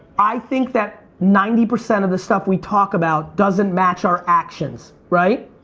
i think that ninety percent of the stuff we talk about doesn't match our actions. right?